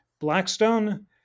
Blackstone